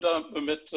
תודה באמת,